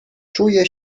czuję